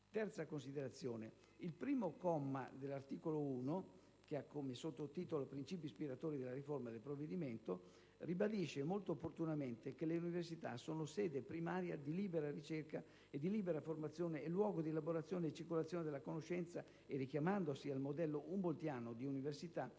interne. Il comma 1 dell'articolo 1, che ha come sottotitolo «Princìpi ispiratori della riforma», ribadisce molto opportunamente che le università sono sede primaria di libera ricerca e di libera formazione e luogo di elaborazione e circolazione della conoscenza e, richiamandosi al modello humboldtiano di università, sottolinea